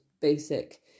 basic